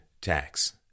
tax